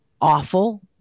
awful